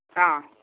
ആ